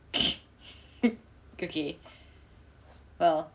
okay well